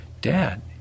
dad